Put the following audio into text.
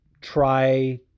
try